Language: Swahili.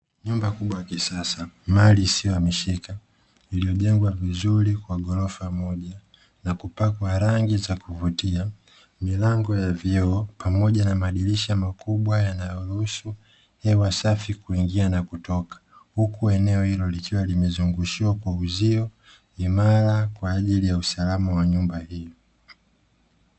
Nyumba kubwa ya kisasa, mali isiyohamishika, iliyojengwa vizuri kwa ghorofa moja, na kupakwa rangi za kuvutia, milango ya vioo pamoja na madirisha makubwa yanayoruhusu hewa safi kuingia na kutoka, huku eneo hilo likiwa limezungushiwa kwa uzio, imara kwa ajili ya usalama wa nyumba hii.